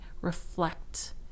reflect